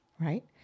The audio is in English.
right